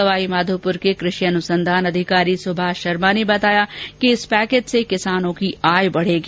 सवाईमाधोप्र के कृषि अनुसंधान अधिकारी सुभाष शर्मा ने बताया कि इस पैकेज से किसानों की आय बढेगी